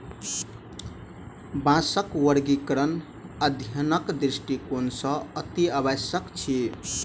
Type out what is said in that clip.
बाँसक वर्गीकरण अध्ययनक दृष्टिकोण सॅ अतिआवश्यक अछि